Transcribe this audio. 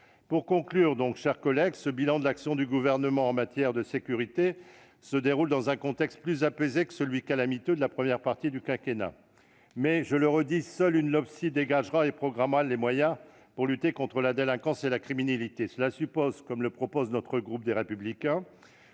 Pour conclure, mes chers collègues, ce bilan de l'action du Gouvernement en matière de sécurité se déroule dans un contexte plus apaisé que celui, calamiteux, de la première partie du quinquennat. Toutefois, je le redis, seule une Loppsi serait à même de dégager et de programmer les moyens pour lutter contre la délinquance et la criminalité. Cela suppose, comme le propose notre groupe Les Républicains,